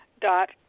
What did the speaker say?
dot